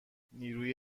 نیروی